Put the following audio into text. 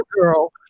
girl